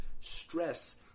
stress